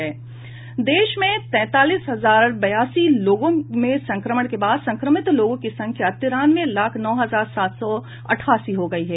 देश में तैंतालीस हजार बयासी लोगों में संक्रमण के बाद संक्रमित लोगों की संख्या तिरानवे लाख नौ हजार सात सौ अठासी हो गई है